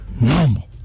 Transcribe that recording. normal